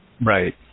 Right